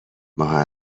ماه